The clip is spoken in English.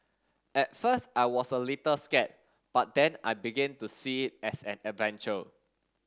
at first I was a little scared but then I began to see it as an adventure